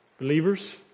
Believers